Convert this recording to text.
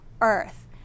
earth